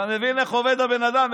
אתה מבין איך עובד הבן אדם,